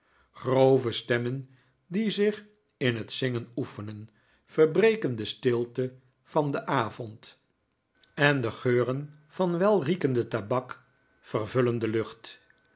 grove stemmen die zich in het zingen oefenen verbreken de stilte van den avond en de geuralph nickleby thuis ren van welriekende tabak vervullen de lucht